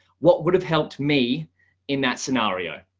what would have helped me in that scenario?